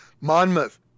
Monmouth